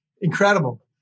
incredible